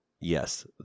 Yes